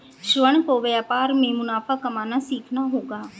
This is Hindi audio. श्रवण को व्यापार में मुनाफा कमाना सीखना होगा